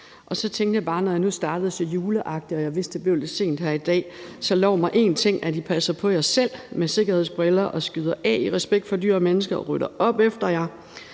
Så tænkte jeg bare, at jeg, når jeg nu startede så juleagtigt og jeg vidste, det blev lidt sent her i dag, ville sige: Lov mig én ting, nemlig at I passer på jer selv med sikkerhedsbriller og skyder af i respekt for dyr og mennesker og rydder op efter jer.